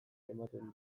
ematen